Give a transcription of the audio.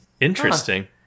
Interesting